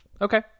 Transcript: Okay